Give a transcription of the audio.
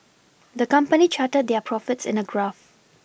the company charted their profits in a graph